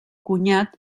cunyat